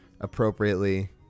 appropriately